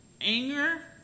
anger